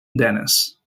denis